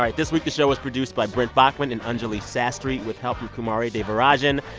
like this week, the show was produced by brent baughman and anjuli sastry, with help from kumari devarajan.